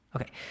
Okay